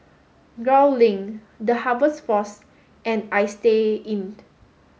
Gul Link The Harvest Force and Istay Inn